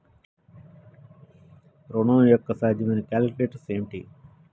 ఋణం యొక్క సాధ్యమైన కొలేటరల్స్ ఏమిటి?